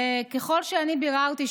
ככל שאני ביררתי,